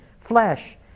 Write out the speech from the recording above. flesh